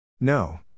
No